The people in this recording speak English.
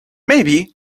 maybe